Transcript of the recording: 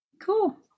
Cool